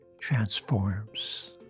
transforms